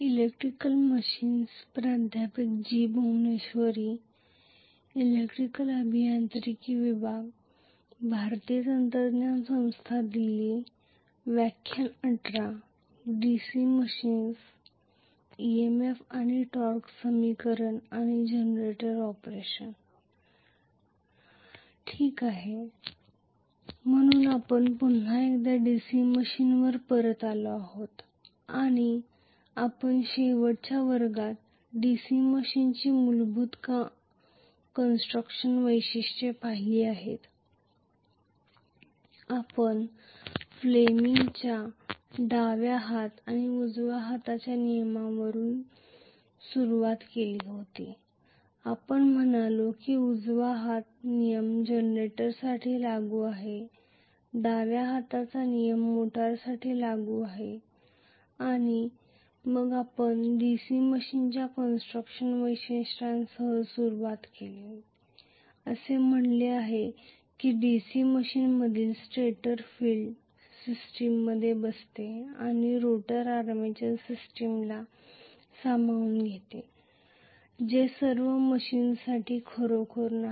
ठीक आहे म्हणून आपण पुन्हा एकदा DC मशीनवर परत आलो आहोत आणि आपण शेवटच्या वर्गात DC मशीनची मूलभूत बांधकाम वैशिष्ट्ये पाहिली होती आपण फ्लेमिंगच्या Fleming's डाव्या हात आणि उजव्या हाताच्या नियमानं सुरुवात केली होती आपण म्हणालो की उजवा हात नियम जनरेटरसाठी लागू असेल डाव्या हाताचा नियम मोटरसाठी लागू होईल आणि मग आपण DC मशीनच्या कन्स्ट्रुक्शन वैशिष्ट्यांसह सुरुवात केली आपण म्हटले की DC मशीनमधील स्टेटर फील्ड सिस्टममध्ये बसते आणि रोटर आर्मेचर सिस्टमला सामावून घेतात जे सर्व मशीनसाठी खरोखर नाही